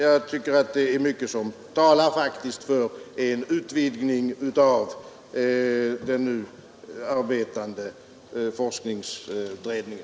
Jag tycker att mycket faktiskt talar för en utvidgning av den nu arbetande forskningsutredningen.